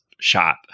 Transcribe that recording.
shot